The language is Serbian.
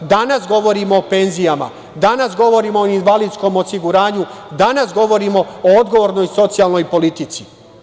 Danas govorimo o penzijama, danas govorimo o invalidskom osiguranju, danas govorimo o odgovornoj socijalnoj politici.